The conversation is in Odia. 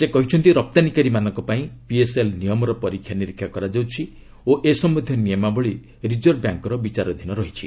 ସେ କହିଛନ୍ତି ରପ୍ତାନୀକାରୀମାନଙ୍କ ପାଇଁ ପିଏସ୍ଏଲ୍ ନିୟମର ପରୀକ୍ଷା ନିରୀକ୍ଷା କରାଯାଇଛି ଓ ଏ ସମ୍ଭନ୍ଧୀୟ ନିୟମାବଳୀ ରିଜର୍ଭ ବ୍ୟାଙ୍କ୍ର ବିଚାରାଧୀନ ଅଛି